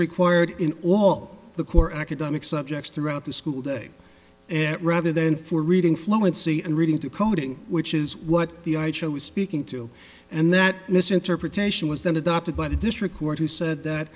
required in all the core academic subjects throughout the school day and that rather than for reading fluency and reading to coding which is what the i show is speaking to and that misinterpretation was then adopted by the district court who said that